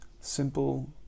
simple